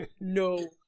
no